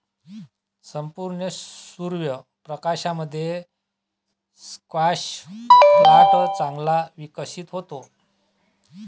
संपूर्ण सूर्य प्रकाशामध्ये स्क्वॅश प्लांट चांगला विकसित होतो